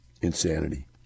insanity